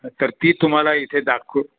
तर ती तुम्हाला इथे दाखवू